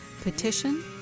petition